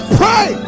pray